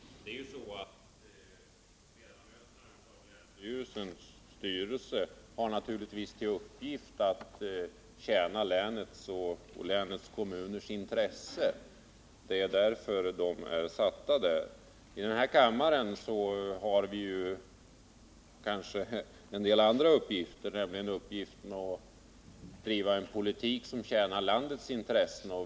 Herr talman! Ledamöterna i länsstyrelsernas styrelser har naturligtvis till uppgift att tjäna länets och länets kommuners intressen. Det är därför de sitter där. I denna kammare har vi en del andra uppgifter, nämligen att driva en politik som tjänar landets intressen.